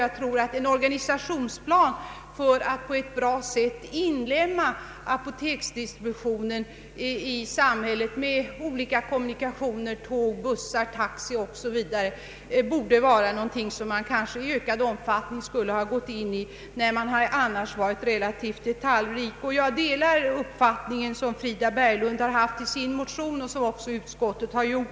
Jag tror att en organisationsplan för att på ett lämpligt sätt inlemma <:apoteksvarudistributionen i samhället med olika kommunikationer, tåg, buss, taxi o.s. v., borde vara något som man i ökad omfattning skulle ha gått in för, eftersom man eljest varit relativt detaljrik. Jag delar den uppfattning som Frida Berglund gett uttryck åt i sin motion och som utskottet företräder.